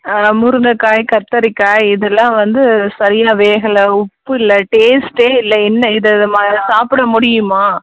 ஆ முருங்கக்காய் கத்தரிக்காய் இதெல்லாம் வந்து சரியாக வேகலை உப்பு இல்லை டேஸ்ட்டே இல்லை என்ன இது சாப்பிட முடியுமா